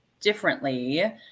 differently